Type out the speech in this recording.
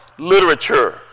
Literature